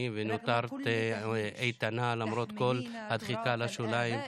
ונותרת איתנה למרות כל הדחיקה לשוליים,